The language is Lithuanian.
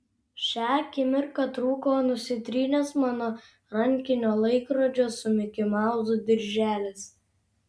šią akimirką trūko nusitrynęs mano rankinio laikrodžio su mikimauzu dirželis